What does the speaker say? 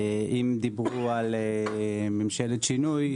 אם דיברו על ממשלת שינוי,